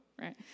right